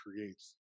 creates